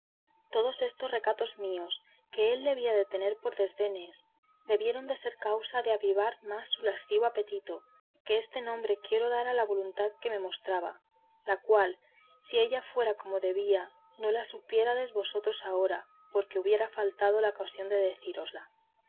todos estos recatos míos que él debía de tener por desdenes debieron de ser causa de avivar más su lascivo apetito que este nombre quiero dar a la voluntad que me mostraba la cual si ella fuera como debía no la supiérades vosotros ahora porque hubiera faltado la ocasión de